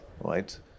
right